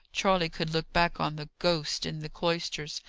charley could look back on the ghost in the cloisters,